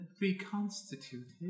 reconstituted